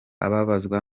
ababazwa